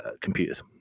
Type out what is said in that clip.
computers